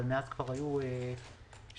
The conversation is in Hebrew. אבל מאז היו שינויים,